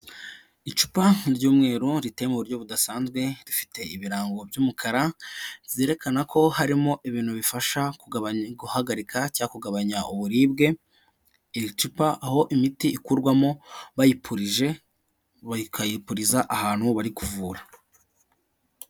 Icupa mu ry'umweru riteye mu buryo budasanzwe rifite ibirango by'umukara zerekana ko harimo ibintu bifasha guhagarika cyangwa kugabanya uburibwe iri cupa aho imiti ikurwamo bayipurije bakayipuriza ahantu bari kuvura.